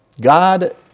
God